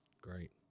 great